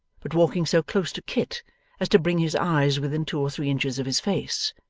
but walking so close to kit as to bring his eyes within two or three inches of his face,